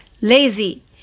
lazy